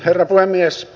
herra puhemies